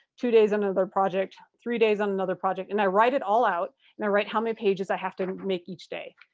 two days on another project, three days on another project and i write it all out and i write how many pages i have to make each day.